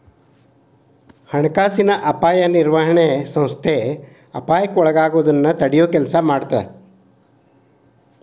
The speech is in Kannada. ಹಣಕಾಸಿನ ಅಪಾಯ ನಿರ್ವಹಣೆ ಸಂಸ್ಥೆ ಅಪಾಯಕ್ಕ ಒಳಗಾಗೋದನ್ನ ತಡಿಯೊ ಕೆಲ್ಸ ಮಾಡತ್ತ